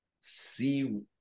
see